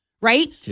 right